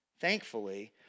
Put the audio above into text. Thankfully